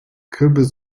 kıbrıs